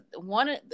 one